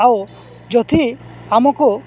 ଆଉ ଯଦି ଆମକୁ